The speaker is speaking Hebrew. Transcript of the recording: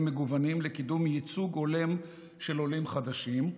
מגוונים לקידום ייצוג הולם של עולים חדשים,